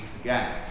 again